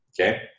Okay